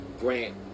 grant